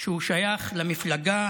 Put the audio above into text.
שהוא שייך למפלגה